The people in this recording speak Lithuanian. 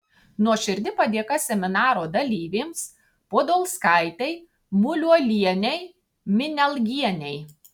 nuoširdi padėka seminaro dalyvėms podolskaitei muliuolienei minialgienei